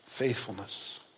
faithfulness